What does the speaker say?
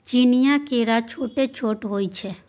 चीनीया केरा छोट छोट होइ छै